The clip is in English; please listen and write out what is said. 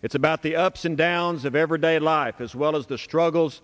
it's about the ups and downs of everyday life as well as the struggles